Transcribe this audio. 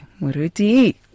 Muruti